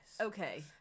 Okay